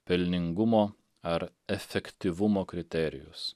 pelningumo ar efektyvumo kriterijus